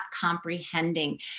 comprehending